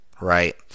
right